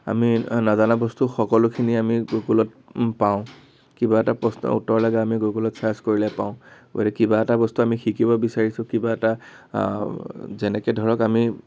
আমি নজনা বস্তু সকলোখিনি আমি গুগুলত পাওঁ কিবা এটা প্ৰশ্নৰ উত্তৰ লাগে আমি গুগুলত চাৰ্চ কৰিলে পাওঁ গতিকে কিবা এটা বস্তু আমি শিকিব বিচাৰিছোঁ কিবা এটা যেনেকৈ ধৰক আমি